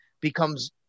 becomes –